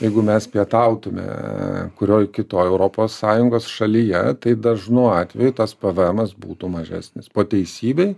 jeigu mes pietautume kurioj kitoj europos sąjungos šalyje tai dažnu atveju tas pvm būtų mažesnis po teisybei